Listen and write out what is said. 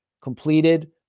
completed